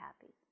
happy